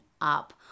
up